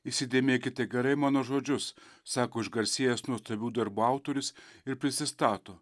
įsidėmėkite gerai mano žodžius sako išgarsėjęs nuostabių darbų autorius ir prisistato